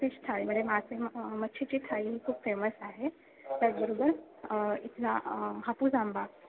fish थाळी म्हणजे मासे मच्छीची थाळी ही खूप फेमस आहे त्याचबरोबर इथला हापूस आंबा